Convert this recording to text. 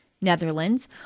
Netherlands